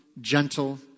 gentle